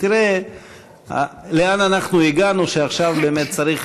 תראה לאן אנחנו הגענו, שעכשיו באמת צריך